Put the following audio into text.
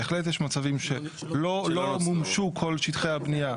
בהחלט יש מצבים שלא מומשו כל שטחי הבניה,